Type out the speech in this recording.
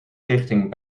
richting